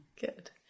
Good